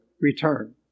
return